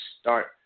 start